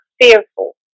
fearful